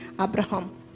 Abraham